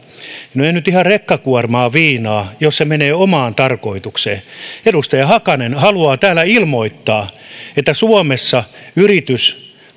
no ei nyt ihan rekkakuormaa viinaa jos se menee omaan tarkoitukseen edustaja hakanen haluaa täällä ilmoittaa että suomessa yritys